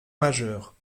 majeurs